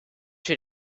you